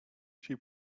she